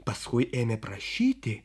paskui ėmė prašyti